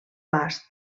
bast